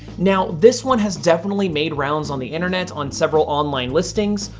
now this one has definitely made rounds on the internet on several online listings,